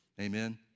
Amen